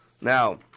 Now